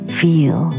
feel